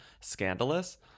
scandalous